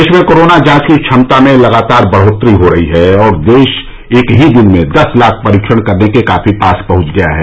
देश में कोरोना जांच की क्षमता में लगातार बढ़ोतरी हो रही है और देश एक ही दिन में दस लाख परीक्षण करने के काफी पास पहुंच गया है